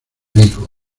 vigo